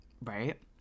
Right